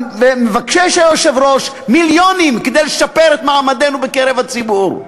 מוציאים מיליונים כדי לשפר את מעמדנו בקרב הציבור.